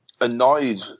annoyed